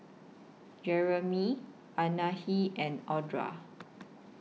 Jereme Anahi and Audra